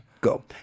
go